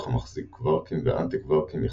המחזיק קווארקים ואנטי-קווארקים יחדיו.